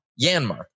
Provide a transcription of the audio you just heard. Yanmar